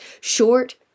short